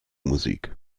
musik